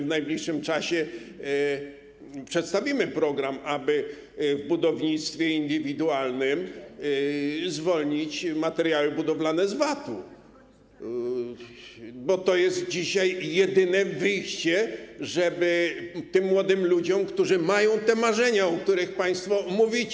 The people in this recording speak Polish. W najbliższym czasie przedstawimy program, aby w budownictwie indywidualnym zwolnić materiały budowlane z VAT-u, bo to jest dzisiaj jedyne wyjście, żeby tym młodym ludziom, którzy mają te marzenia, o których państwo mówicie.